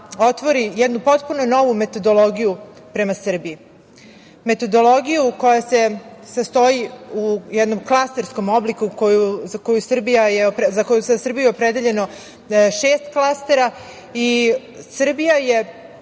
otvori jednu potpuno novu metodologiju prema Srbiji, metodologiju koja se sastoji u jednom klasterskom obliku, a za Srbiju je opredeljeno šest klastera i Srbija je